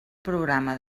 programa